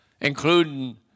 Including